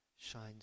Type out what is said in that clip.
shines